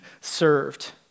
served